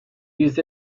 used